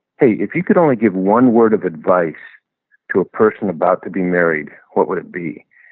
hey. if you could only give one word of advice to a person about to be married, what would it be?